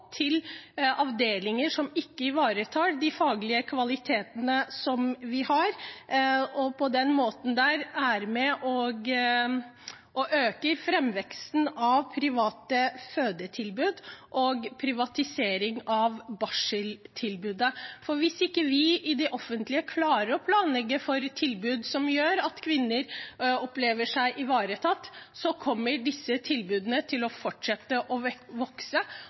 til avdelinger som ikke ivaretar de faglige kvalitetene? På den måten er man med på å øke framveksten av private fødetilbud og privatisering av barseltilbudet. Hvis man i det offentlige ikke klarer å planlegge for tilbud som gjør at kvinner opplever seg ivaretatt, kommer disse private tilbudene til å fortsette å vokse.